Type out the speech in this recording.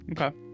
okay